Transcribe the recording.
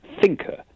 thinker